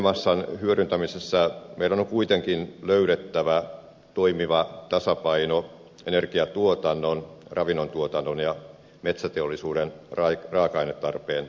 biomassan hyödyntämisessä meidän on kuitenkin löydettävä toimiva tasapaino energiantuotannon ravinnontuotannon ja metsäteollisuuden raaka ainetarpeen kesken